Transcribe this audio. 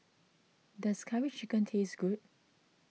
does Curry Chicken taste good